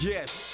Yes